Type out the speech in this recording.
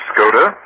Skoda